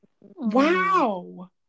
Wow